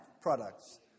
products